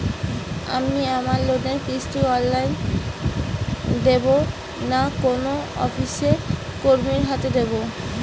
আমি আমার লোনের কিস্তি অনলাইন দেবো না কোনো অফিসের কর্মীর হাতে দেবো?